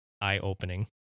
eye-opening